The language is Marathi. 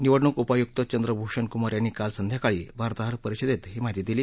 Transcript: निवडणूक उपायुक्त चंद्रभूषण कुमार यांनी काल संध्याकाळी वार्ताहर परिषदेत ही माहिती दिली